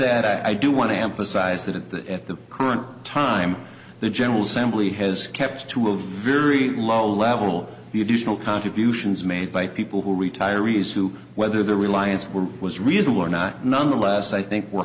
said i do want to emphasize that at the current time the general simply has kept to a very low level the additional contributions made by people who retirees who whether their reliance were was reasonable or not nonetheless i think we're